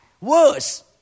worse